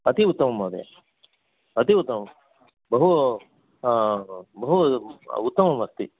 अति उत्तमं महोदय अति उत्तमं बहु बहु उत्तमम् अस्ति